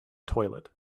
toilet